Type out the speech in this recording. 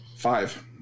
Five